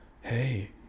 Hey